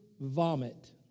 vomit